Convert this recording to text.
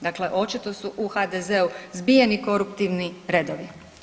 Dakle, očito su u HDZ-u zbijeni koruptivni redovi.